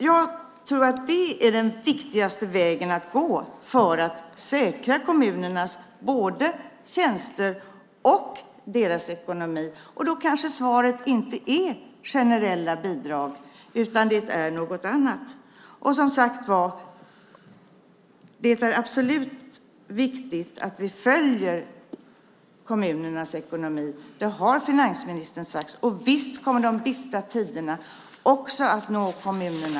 Jag tror att det är den viktigaste vägen att gå för att säkra både kommunernas tjänster och ekonomi. Då kanske svaret inte är generella bidrag utan något annat. Det är absolut viktigt att vi följer kommunernas ekonomi; det har finansministern sagt. Och visst kommer de bistra tiderna att nå också kommunerna.